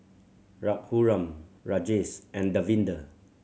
Raghuram Rajesh and Davinder